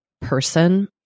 person